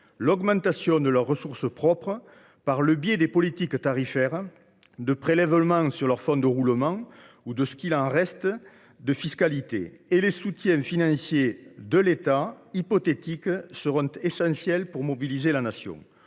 l’augmentation de leurs ressources propres par le biais des politiques tarifaires, de prélèvements sur leurs fonds de roulement ou de ce qu’il reste de fiscalité. En outre, les soutiens financiers de l’État, hypothétiques, seront essentiels pour mobiliser la Nation.